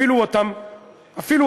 אפילו אותם כינויים,